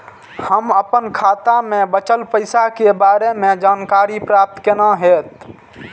हम अपन खाता में बचल पैसा के बारे में जानकारी प्राप्त केना हैत?